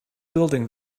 building